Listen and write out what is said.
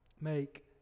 make